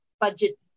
budget